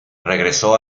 regresó